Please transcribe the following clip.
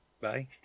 Bye